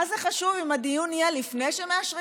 מה זה חשוב אם הדיון יהיה לפני שמאשרים